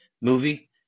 movie